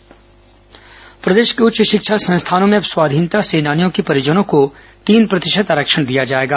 उच्च शिक्षा संस्थान आरक्षण प्रदेश के उच्च शिक्षा संस्थानों में अब स्वाधीनता सेनानियों के परिजनों को तीन प्रतिशत आरक्षण दिया जाएगा